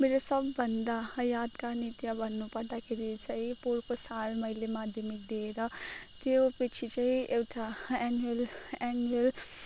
मेरो सबभन्दा यादगार नृत्य भन्नुपर्दाखेरि चाहिँ पोहोरको साल मैले माध्यमिक दिएर त्योपछि चाहिँ एउटा एन्युवल एन्युवल